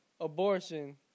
abortion